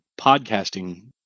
podcasting